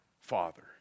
Father